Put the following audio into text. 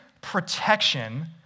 protection